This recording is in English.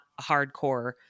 hardcore